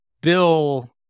Bill